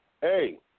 hey